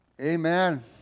amen